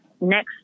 next